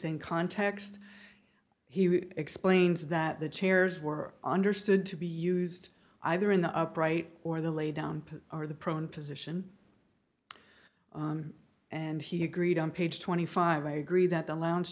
in context he explains that the chairs were understood to be used either in the upright or the lay down or the prone position and he agreed on page twenty five i agree that the lounge